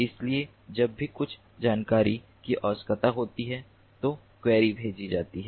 इसलिए जब भी कुछ जानकारी की आवश्यकता होती है तो क्वेरी भेजी जाती है